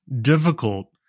difficult